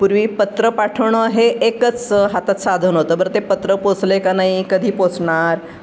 पूर्वी पत्र पाठवणं हे एकच हातात साधन होतं बरं ते पत्र पोचलं आहे का नाही कधी पोचणार